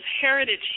heritage